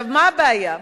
מה הבעיה?